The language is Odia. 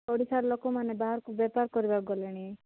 ଓଡ଼ିଶାର ଲୋକମାନେ ବାହାରକୁ ବେପାର କରିବାକୁ ଗଲେଣି